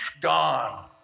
gone